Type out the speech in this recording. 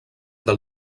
del